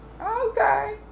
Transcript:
Okay